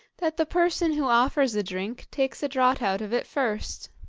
that the person who offers a drink takes a draught out of it first.